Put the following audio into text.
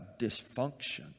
dysfunction